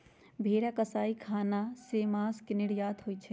भेरा कसाई ख़ना से मास के निर्यात होइ छइ